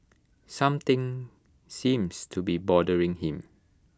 something seems to be bothering him